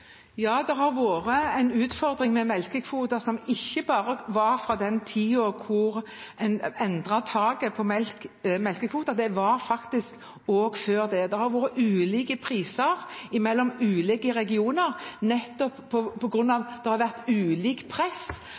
Ja, det har vært en utfordring med melkekvoter som ikke bare var fra den tiden da en endret taket på melkekvoten, den var faktisk også før det. Det har vært ulike priser mellom ulike regioner nettopp på grunn av at det har vært ulikt press